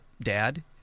dad